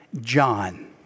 John